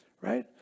right